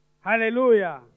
Hallelujah